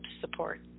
support